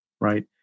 right